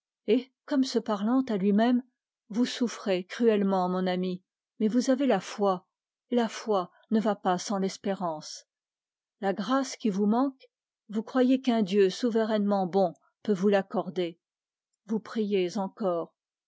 comme se parlant à lui-même vous souffrez cruellement mais vous avez la foi et la foi ne va pas sans l'espérance la grâce qui vous manque vous croyez qu'un dieu souverainement bon peut vous l'accorder vous priez encore